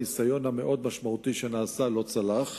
הניסיון המאוד-משמעותי שנעשה לא צלח,